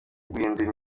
uguhindura